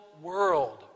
world